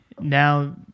now